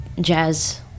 jazz